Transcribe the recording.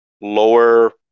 lower